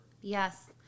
Yes